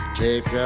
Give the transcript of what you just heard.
take